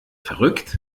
verrückt